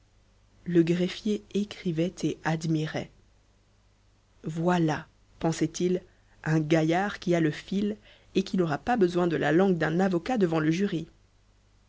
le greffier écrivait et admirait voilà pensait-il un gaillard qui a le fil et qui n'aura pas besoin de la langue d'un avocat devant le jury